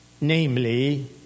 namely